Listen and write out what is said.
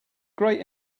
great